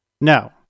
No